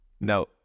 no